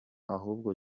ahubwo